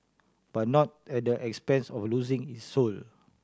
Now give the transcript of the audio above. but not at the expense of losing its soul